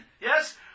yes